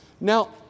Now